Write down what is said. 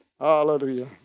Hallelujah